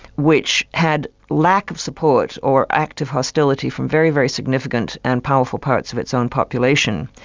which had lack of support, or act of hostility from very, very significant and powerful parts of its own population.